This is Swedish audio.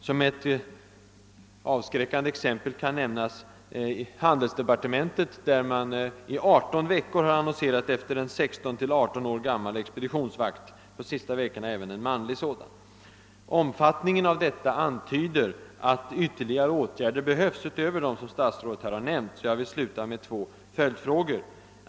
Som ett avskräckande exempel kan nämnas handelsdepartementet, som under 18 veckor har annonserat efter en 16—138 år gammal expeditionsvakt — de senaste veckorna även en manlig sådan. Omfattningen av annonser av denna typ antyder att ytterligare åtgärder utöver dem som statsrådet har nämnt behöver vidtas. Jag vill därför sluta med två följdfrågor.